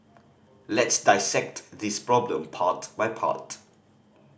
let's dissect this problem part by part